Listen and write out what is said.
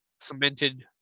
cemented